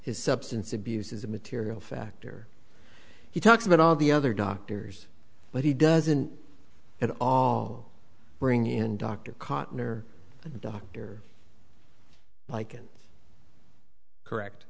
his substance abuse is a material factor he talks about all the other doctors but he doesn't at all bring in dr cotton or doctor like and correct